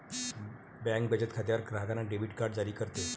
bank बचत खात्यावर ग्राहकांना डेबिट कार्ड जारी करते